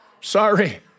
Sorry